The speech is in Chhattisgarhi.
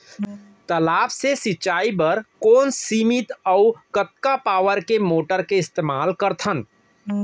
तालाब से सिंचाई बर कोन सीमित अऊ कतका पावर के मोटर के इस्तेमाल करथन?